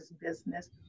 Business